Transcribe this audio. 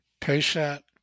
patient